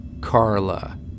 Carla